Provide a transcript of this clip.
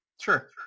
sure